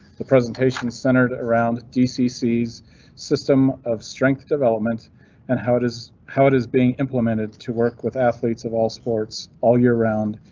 the presentation centered around dcc's system of strength development and how it is, how it is being implemented to work with athletes of all sports all year round.